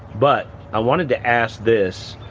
but i wanted to ask this